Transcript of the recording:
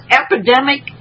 epidemic